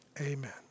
Amen